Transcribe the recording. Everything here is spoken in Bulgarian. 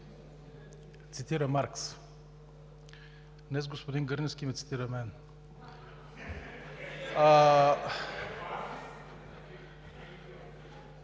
цитира Маркс, днес господин Гърневски ме цитира мен.